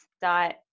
dot